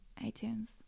iTunes